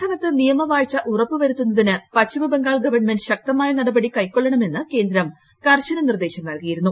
സംസ്ഥാനത്ത് നിയമവാഴ്ച ഉറപ്പുവരുത്തുന്നതിന് പശ്ചിമബംഗാൾ ഗവൺമെന്റ് ശക്തമായ നടപടി കൈക്കൊള്ളണമെന്ന് കേന്ദ്രം കർശന നിർദ്ദേശം നൽകിയിരുന്നു